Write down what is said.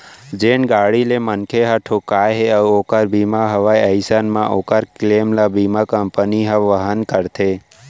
जेन गाड़ी ले मनखे ह ठोंकाय हे अउ ओकर बीमा हवय अइसन म ओकर क्लेम ल बीमा कंपनी ह वहन करथे